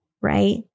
right